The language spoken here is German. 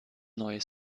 neue